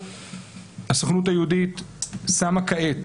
הסוכנות היהודית שמה כעת